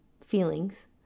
feelings